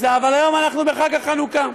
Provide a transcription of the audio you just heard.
ואם גם אתם עכשיו לא הבנתם, אחרי יום שישי האחרון,